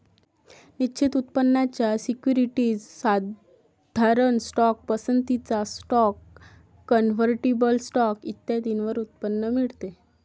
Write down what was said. निश्चित उत्पन्नाच्या सिक्युरिटीज, साधारण स्टॉक, पसंतीचा स्टॉक, कन्व्हर्टिबल स्टॉक इत्यादींवर उत्पन्न मिळते